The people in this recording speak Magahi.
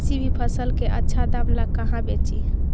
किसी भी फसल के आछा दाम ला कहा बेची?